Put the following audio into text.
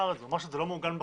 שזה לא מעוגן בחוק.